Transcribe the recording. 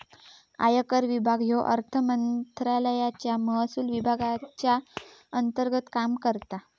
आयकर विभाग ह्यो अर्थमंत्रालयाच्या महसुल विभागाच्या अंतर्गत काम करता